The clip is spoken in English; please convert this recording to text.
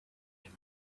him